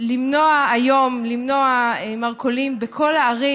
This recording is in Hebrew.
היום למנוע מרכולים בכל הערים,